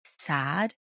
sad